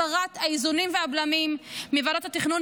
הסרת האיזונים והבלמים מוועדות התכנון